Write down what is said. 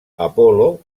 apol·lo